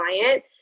client